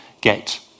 get